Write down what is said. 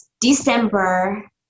December